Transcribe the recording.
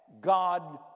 God